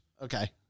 Okay